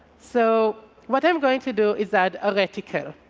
so what i'm going to do is add a vertical.